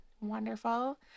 wonderful